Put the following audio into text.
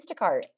Instacart